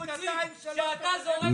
למה אתם נותנים מענקים עם הגבלת גיל לגיל 30?